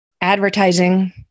Advertising